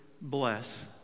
bless